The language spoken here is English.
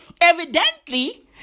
Evidently